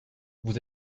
vous